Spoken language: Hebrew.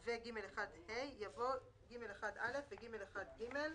ו-(ג1ה)" יבוא "(ג1א) ו-(ג1ג)".